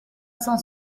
cent